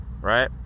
Right